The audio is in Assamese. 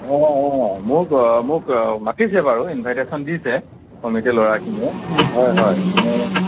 অ' অ' মোক মোক মাতিছে বাৰু ইনভাইটেছন দিছে সমিতিৰ ল'ৰাখিনিয়ে হয় হয় মানে